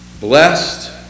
Blessed